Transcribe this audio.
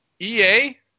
EA